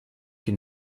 can